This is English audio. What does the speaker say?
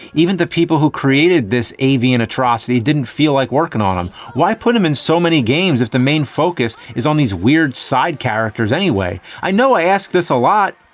even the people who created this avian atrocity didn't feel like working on them. why put him in so many games if the main focus is on these weird side characters anyway? i know i asked this a lot,